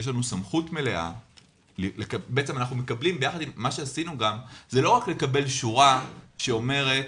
יש לנו סמכות מלאה לא רק לקבל שורה שאומרת: